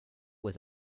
was